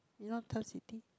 you know Turf City